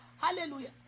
Hallelujah